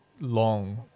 long